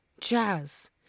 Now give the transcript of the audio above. jazz